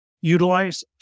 Utilize